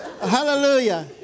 Hallelujah